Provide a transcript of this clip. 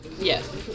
Yes